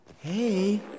Hey